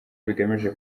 bigamije